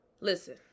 listen